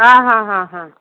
ହଁ ହଁ ହଁ